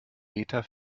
meter